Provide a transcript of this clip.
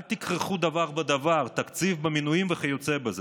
אל תכרכו דבר בדבר, תקציב במינויים, וכיוצא בזה.